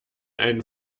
einem